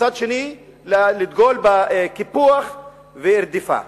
ובצד שני לדגול בקיפוח ורדיפה.